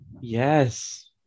Yes